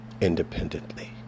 independently